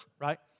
right